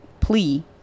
plea